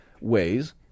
ways